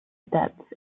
debts